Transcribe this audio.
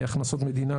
הכנסות מדינה,